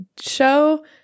show